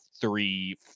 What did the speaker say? three